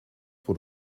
voor